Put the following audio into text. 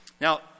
Now